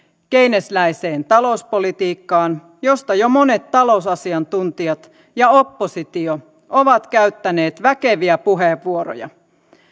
keynesiläiseen talouspolitiikkaan josta jo monet talousasiantuntijat ja oppositio ovat käyttäneet väkeviä puheenvuoroja